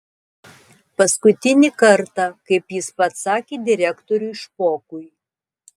paskutinį kartą kaip jis pats sakė direktoriui špokui